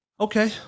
Okay